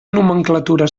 nomenclatura